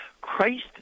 Christ